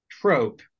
trope